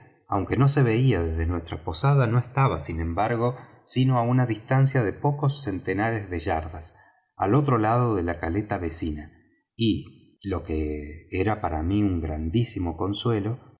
aunque no se veía desde nuestra posada no estaba sin embargo sino á una distancia de pocos centenares de yardas al otro lado de la caleta vecina y lo que era para mí un grandísimo